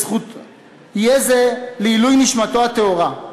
יהיה זה לעילוי נשמתו הטהורה.